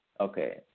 Okay